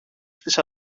στις